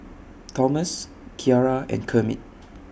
Tomas Kiara and Kermit